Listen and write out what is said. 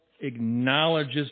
acknowledges